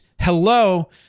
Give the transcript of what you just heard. hello